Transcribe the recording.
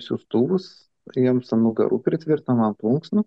siųstuvus jiems ant nugarų pritvirtinom ant plunksnų